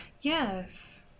Yes